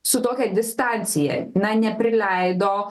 su tokia distancija na neprileido